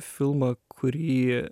filmą kurį